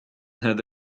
هذا